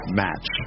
match